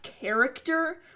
character